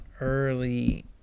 early